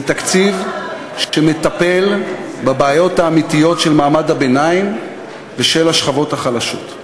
זה תקציב שמטפל בבעיות האמיתיות של מעמד הביניים ושל השכבות החלשות.